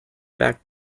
back